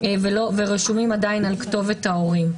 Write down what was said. ורשומים בכתובת מגורי ההורים.